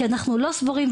כי אנחנו לא סבורים,